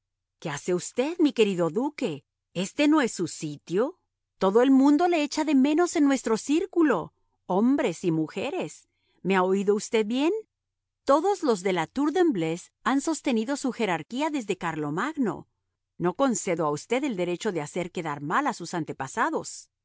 qué hace usted mi querido duque este no es su sitio todo el mundo le echa de menos en nuestro círculo hombres y mujeres me ha oído usted bien todos los la tour de embleuse han sostenido su jerarquía desde carlomagno no concedo a usted el derecho de hacer quedar mal a sus antepasados